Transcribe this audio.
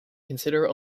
consider